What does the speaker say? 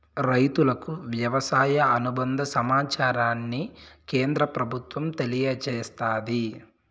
రైతులకు వ్యవసాయ అనుబంద సమాచారాన్ని కేంద్ర ప్రభుత్వం తెలియచేస్తాది